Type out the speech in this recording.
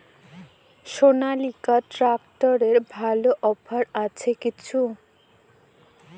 সনালিকা ট্রাক্টরে ভালো অফার কিছু আছে কি?